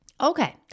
Okay